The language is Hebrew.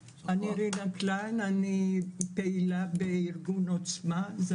אני פעילה בארגון "עוצמה" זה